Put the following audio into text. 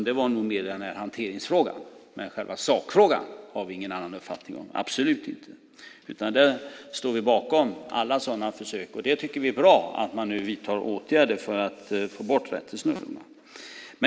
Det var mer en hanteringsfråga, men själva sakfrågan har vi ingen annan uppfattning om, absolut inte. Vi står bakom alla sådana försök, och vi tycker att det är bra att man nu vidtar åtgärder för att få bort räntesnurrorna.